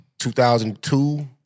2002